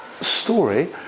story